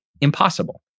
impossible